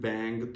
Bang